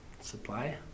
Supply